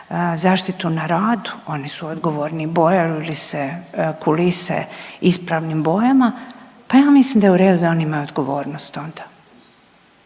zaštitu na radu, oni su odgovorni bojaju li se kulise ispravnim bojama, pa ja mislim da je u redu da on ima odgovornost onda,